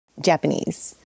japanese